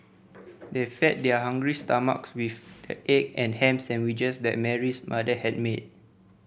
they fed their hungry stomachs with the egg and ham sandwiches that Mary's mother had made